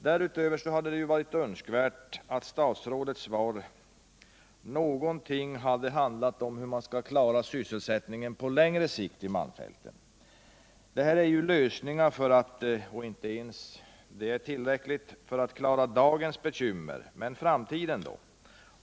Därutöver hade det varit önskvärt att statsrådet i sitt svar sagt någonting om hur man skall klara sysselsättningen på längre sikt i malmfälten. Det statsrådet nämner är lösningar som inte ens är tillräckliga för att klara dagens bekymmer. Men framtiden då?